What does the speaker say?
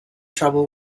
trouble